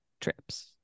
trips